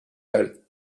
hull